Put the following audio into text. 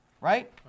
right